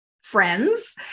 friends